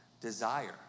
desire